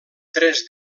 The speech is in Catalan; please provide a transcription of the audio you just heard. tres